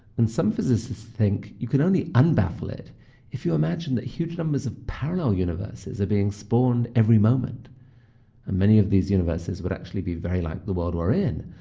and some physicists think you can only un-baffle it if you imagine that huge numbers of parallel universes are being spawned every moment, and many of these universes would actually be very like the world we're in,